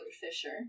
Fisher